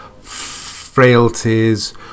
frailties